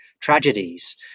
tragedies